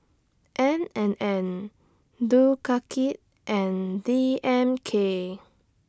N and N and D M K